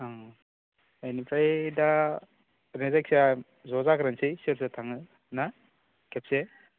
ओं एनिफ्राय दा ओरै जायखिया ज' जाग्रोनोसै सोर सोर थाङो ना खेबसे